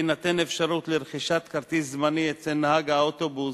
תינתן אפשרות לרכישת כרטיס זמני אצל נהג האוטובוס,